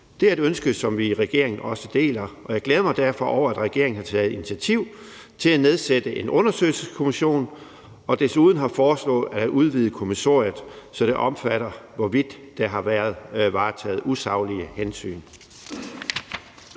Det er et ønske, som regeringen deler, og jeg glæder mig derfor over, at regeringen har taget initiativ til at nedsætte en undersøgelseskommission og desuden har foreslået at udvide kommissoriet, så det omfatter, hvorvidt der har været varetaget usaglige hensyn.